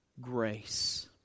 grace